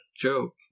joke